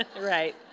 Right